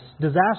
disaster